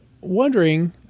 wondering